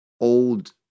old